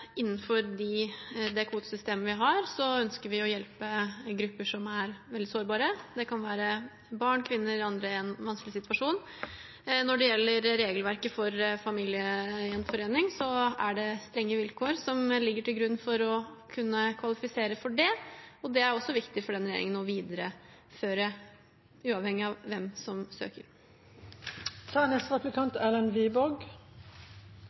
det kvotesystemet vi har, ønsker å hjelpe grupper som er veldig sårbare. Det kan være barn og kvinner og andre i en vanskelig situasjon. Når det gjelder regelverket for familiegjenforening, er det strenge vilkår som ligger til grunn for å kunne kvalifisere for det, og det er det også viktig for denne regjeringen å videreføre, uavhengig av hvem som søker.